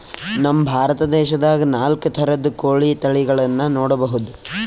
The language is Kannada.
ನಮ್ ಭಾರತ ದೇಶದಾಗ್ ನಾಲ್ಕ್ ಥರದ್ ಕೋಳಿ ತಳಿಗಳನ್ನ ನೋಡಬಹುದ್